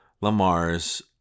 Lamar's